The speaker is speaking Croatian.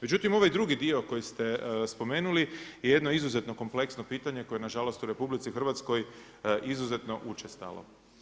Međutim, ovaj drugi dio koji ste spomenuli je jedno izuzetno kompleksno pitanje koji na žalost u RH, izuzetno učestalo.